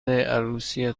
عروسی